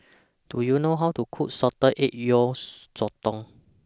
Do YOU know How to Cook Salted Egg Yolk Sotong